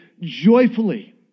joyfully